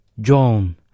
John